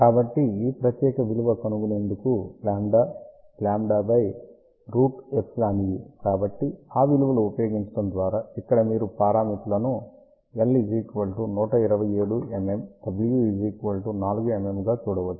కాబట్టి ఈ ప్రత్యేక విలువ కనుగొనేందుకు λ λ0 √e కాబట్టి ఆ విలువలు ఉపయోగించడం ద్వారా ఇక్కడ మీరు పారామితులను l 127 mm w 4 mm గా చూడవచ్చు